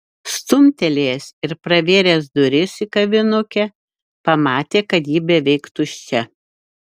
stumtelėjęs ir pravėręs duris į kavinukę pamatė kad ji beveik tuščia